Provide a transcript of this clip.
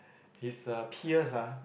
his uh peers ah